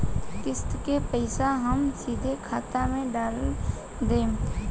किस्त के पईसा हम सीधे खाता में डाल देम?